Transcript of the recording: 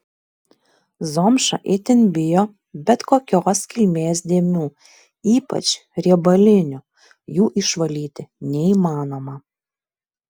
zomša itin bijo bet kokios kilmės dėmių ypač riebalinių jų išvalyti neįmanoma